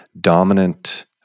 dominant